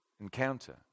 encounter